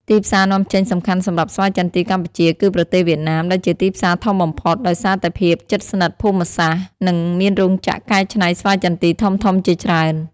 ទីផ្សារនាំចេញសំខាន់សម្រាប់ស្វាយចន្ទីកម្ពុជា គឺប្រទេសវៀតណាម ដែលជាទីផ្សារធំបំផុត ដោយសារតែភាពជិតស្និទ្ធភូមិសាស្ត្រ និងមានរោងចក្រកែច្នៃស្វាយចន្ទីធំៗជាច្រើន។